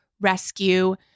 rescue